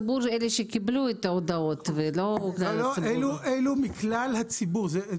אינו דומה אדם שזה נוגע אליו באופן כללי לאדם שזה נוגע אליו אישית.